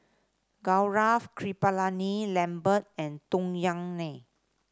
Gaurav Kripalani Lambert and Tung Yue Nang